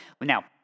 Now